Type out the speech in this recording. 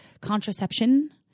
contraception